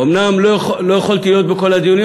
אומנם לא יכולתי להיות בכל הדיונים,